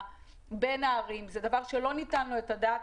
בין הערים זה דבר שלא ניתנה עליו הדעת.